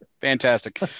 fantastic